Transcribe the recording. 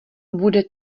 bude